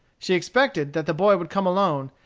she expected that the boy would come alone,